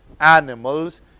animals